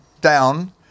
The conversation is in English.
down